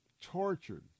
tortured